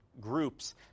groups